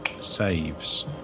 saves